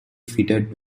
fitted